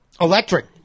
electric